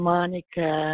Monica